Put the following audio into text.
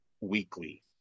weekly